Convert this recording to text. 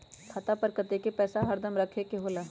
खाता पर कतेक पैसा हरदम रखखे के होला?